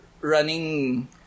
running